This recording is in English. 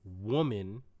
woman